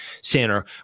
center